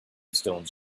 stones